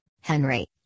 Henry